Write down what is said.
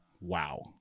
Wow